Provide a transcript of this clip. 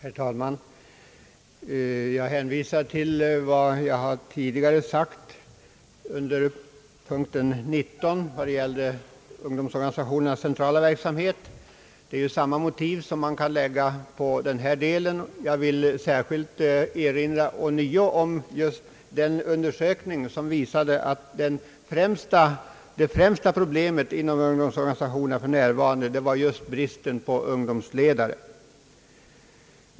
Herr talman! Jag hänvisar till vad jag tidigare har sagt under punkt 19 om ungdomsorganisationernas centrala verksamhet. Samma motiv kan man anföra i fråga om denna del. Jag vill ånyo särskilt erinra om den undersökning som visade att det svåraste problemet inom ungdomsorganisationerna för närvarande var just bristen på ungdomsledare.